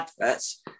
adverts